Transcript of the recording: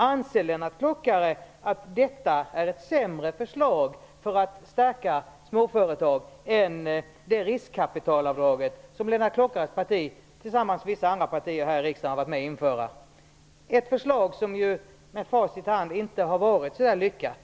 Anser Lennart Klockare att detta är ett sämre förslag för att stärka småföretag än det riskkapitalavdrag som Lennart Klockares parti tillsammans med vissa andra partier här i riksdagen har varit med om att införa? Det är något som med facit i hand inte har varit så lyckat.